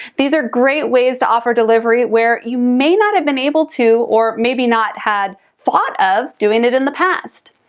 these are great ways to offer delivery where you may not have been able to or maybe not had thought of doing it in the past.